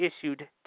issued